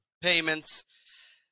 payments